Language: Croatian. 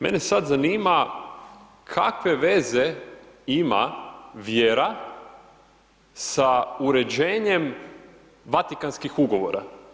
Mene sad zanima kakve veze ima vjera sa uređenjem Vatikanskih ugovora?